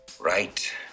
Right